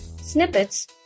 snippets